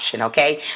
okay